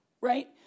right